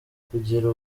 kugira